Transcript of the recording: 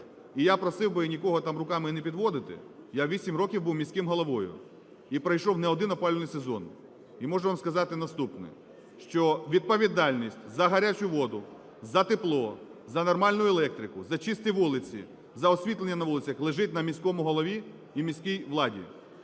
І я просив би там нікого руками там не підводити, я 8 років був міським головою і пройшов не один опалювальний сезон. І можу вам сказати наступне, що відповідальність за гарячу воду, за тепло, за нормальну електрику, за чисті вулиці, за освітлення на вулицях лежить на міському голові і міській владі.